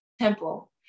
Temple